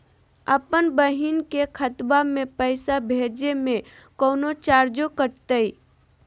अपन बहिन के खतवा में पैसा भेजे में कौनो चार्जो कटतई?